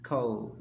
Cold